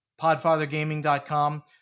podfathergaming.com